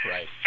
Right